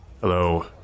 Hello